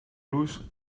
los